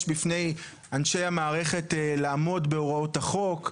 בפני אנשי המערכת לעמוד בהוראות החוק,